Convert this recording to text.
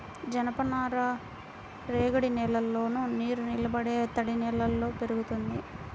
జనపనార రేగడి నేలల్లోను, నీరునిలబడే తడినేలల్లో పెరుగుతుంది